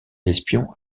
espion